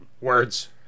Words